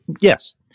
Yes